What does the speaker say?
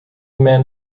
manned